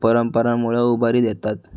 परंपरांमुळं उभारी देतात